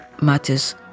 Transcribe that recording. matters